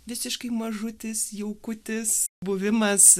visiškai mažutis jaukutis buvimas